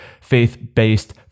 faith-based